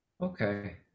Okay